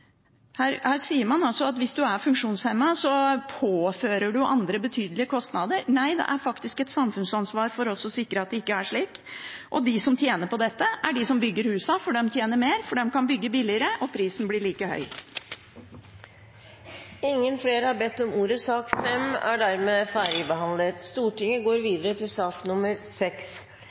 Nei, det er faktisk et samfunnsansvar for oss å sikre at det ikke er slik. De som tjener på dette, er de som bygger husene. De tjener mer, for de kan bygge billigere, og prisen blir like høy. Flere har ikke bedt om ordet til sak nr. 5. Presidenten kan ikke se at saksordføreren er